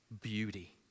Beauty